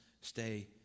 stay